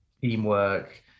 teamwork